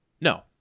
No